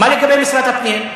מה לגבי משרד הפנים?